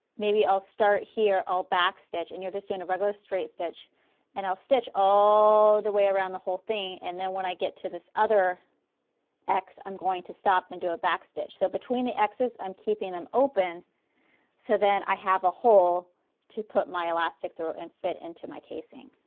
maybe i'll start here, i'll backstitch and you're just doing a regular straight stitch and i'll stitch all the way around the whole thing and then when i get to this other x, i'm going to stop and do a backstitch. so between the x's i'm keeping them open so then i have a hole to put my elastic through and fit into my casing.